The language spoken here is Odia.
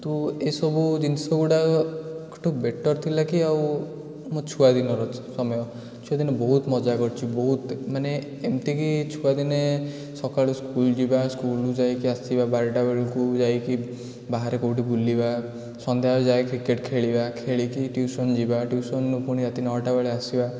କିନ୍ତୁ ଏସବୁ ଜିନିଷଗୁଡ଼ାକଠୁ ବେଟର୍ ଥିଲା କି ଆଉ ମୋ ଛୁଆଦିନର ସମୟ ଛୁଆଦିନେ ବହୁତ ମଜା କରିଛୁ ବହୁତ ମାନେ ଏମିତି କି ଛୁଆଦିନେ ସକାଳୁ ସ୍କୁଲ୍ ଯିବା ସ୍କୁଲ୍ରୁ ଯାଇକି ଆସିବା ବାରଟା ବେଳକୁ ଯାଇକି ବାହାରେ କେଉଁଠି ବୁଲିବା ସନ୍ଧ୍ୟାବେଳେ ଯାଇ କ୍ରିକେଟ୍ ଖେଳିବା ଖେଳିକି ଟିଉସନ୍ ଯିବା ଟିଉସନ୍ରୁ ପୁଣି ରାତି ନଅଟା ବେଳେ ଆସିବା